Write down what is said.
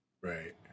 Right